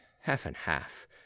half-and-half